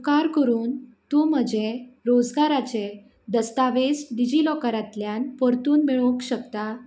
उपकार करून तूं म्हजें रोजगाराचे दस्तावेज डिजिलॉकरांतल्यान परतून मेळोंक शकता